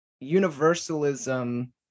Universalism